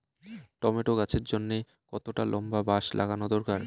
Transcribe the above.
Tomato গাছের জন্যে কতটা লম্বা বাস লাগানো দরকার?